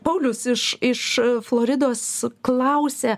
paulius iš iš floridos klausia